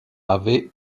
avait